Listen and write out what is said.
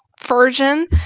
version